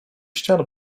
ścian